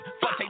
Fuck